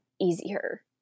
easier